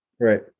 Right